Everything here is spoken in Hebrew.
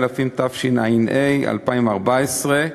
התשע"ה 2014,